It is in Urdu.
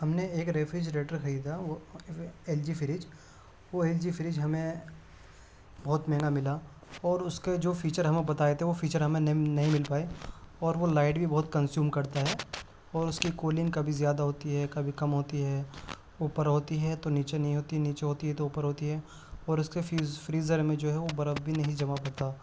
ہم نے ایک ریفریجریٹر خریدا وہ ایل جی فریج وہ ایل جی فریج ہمیں بہت مہنگا ملا اور اس کے جو فیچر ہمیں بتائے تھے وہ فیچر ہمیں نہیں نہیں مل پائے اور وہ لائٹ بھی بہت کنزیوم کرتا ہے اور اس کی کولنگ کبھی زیادہ ہوتی ہے کبھی کم ہوتی ہے اوپر ہوتی ہے تو نیچے نہیں ہوتی نیچے ہوتی ہے تو اوپر ہوتی ہے اور اس کے فیوز فریزر میں جو ہے وہ برف بھی نہیں جما پاتا